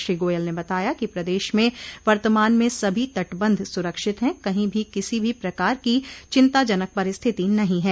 श्री गोयल ने बताया कि बताया कि प्रदेश में वर्तमान में सभी तटबंध सुरक्षित है कहीं भी किसी भी प्रकार की चिंताजनक परिस्थिति नहीं है